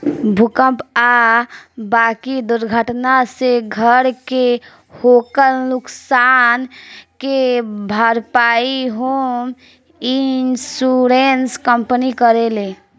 भूकंप आ बाकी दुर्घटना से घर के होखल नुकसान के भारपाई होम इंश्योरेंस कंपनी करेले